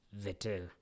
Vettel